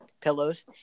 pillows